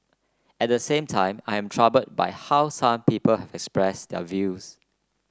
at the same time I am troubled by how some people have expressed their views